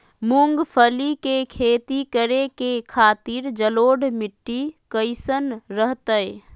मूंगफली के खेती करें के खातिर जलोढ़ मिट्टी कईसन रहतय?